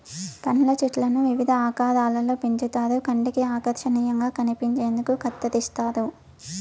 పండ్ల చెట్లను వివిధ ఆకారాలలో పెంచుతారు కంటికి ఆకర్శనీయంగా కనిపించేందుకు కత్తిరిస్తారు